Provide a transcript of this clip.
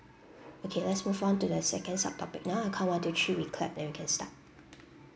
okay let's move on to the second subtopic now I count one two three we clap and we can start